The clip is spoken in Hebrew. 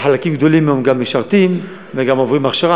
וחלקים גדולים היום גם משרתים וגם עוברים הכשרה,